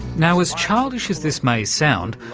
now as childish as this may sound,